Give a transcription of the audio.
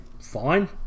fine